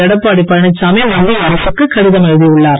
எடப்பாடி பழனிச்சாமி மத்திய அரசுக்கு கடிதம் எழுதி உள்ளார்